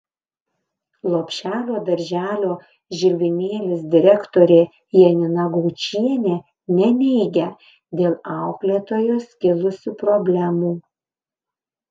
lopšelio darželio žilvinėlis direktorė janina gaučienė neneigia dėl auklėtojos kilusių problemų